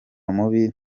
mubi